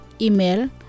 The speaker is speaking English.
Email